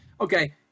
Okay